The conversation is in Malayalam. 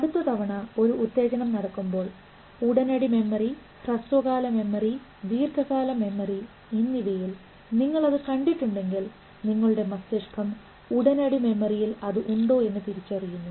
അടുത്ത തവണ ഒരു ഉത്തേജനം നടക്കുമ്പോൾ ഉടനടി മെമ്മറി ഹ്രസ്വകാല മെമ്മറി ദീർഘകാല മെമ്മറി എന്നിവയിൽ നിങ്ങൾ അത് കണ്ടിട്ടുണ്ടെങ്കിൽ നിങ്ങളുടെ മസ്തിഷ്കം ഉടനടി മെമ്മറിയിൽ അത് ഉണ്ടോ എന്ന് തിരിച്ചറിയുന്നു